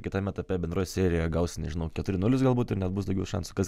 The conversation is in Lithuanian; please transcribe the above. kitam etape bendroj serijoj gaus nežinau keturi nulis galbūt ir net bus daugiau šansų kas